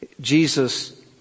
Jesus